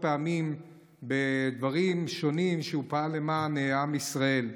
פעמים בדברים שונים שבהם הוא פעל למען עם ישראל.